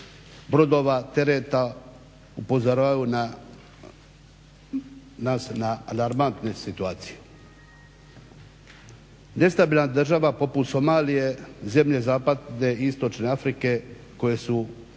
brodova, tereta upozoravaju nas na alarmantne situacije. Nestabilna država poput Somalije, zemlje zapadne i istočne Afrike koje su